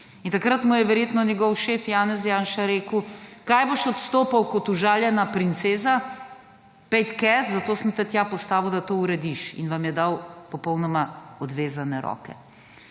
In takrat mu je verjetno njegov šef Janez Janša rekel: »Kaj boš odstopal kot užaljena princesa. Pojdi tja, zato sem te tja postavil, da to urediš.« In vam je dal popolnoma odvezane roke.